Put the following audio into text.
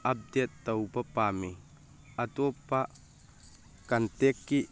ꯑꯞꯗꯦꯗ ꯇꯧꯕ ꯄꯥꯝꯃꯤ ꯑꯇꯣꯄꯄ ꯀꯟꯇꯦꯛꯀꯤ